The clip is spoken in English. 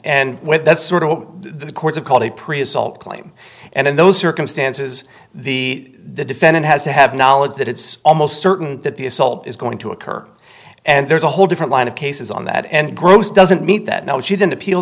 previous all claim and in those circumstances the the defendant has to have knowledge that it's almost certain that the assault is going to occur and there's a whole different line of cases on that and bruce doesn't meet that no she didn't appeal